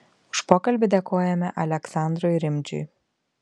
už pokalbį dėkojame aleksandrui rimdžiui